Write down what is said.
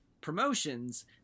promotions